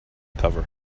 cover